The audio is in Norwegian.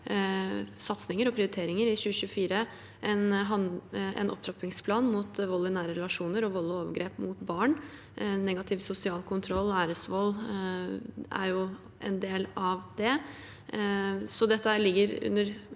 satsinger og prioriteringer i 2024 en opptrappingsplan mot vold i nære relasjoner og vold og overgrep mot barn. Negativ sosial kontroll og æresvold er en del av det. Dette ligger under